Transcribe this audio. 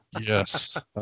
Yes